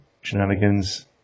shenanigans